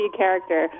character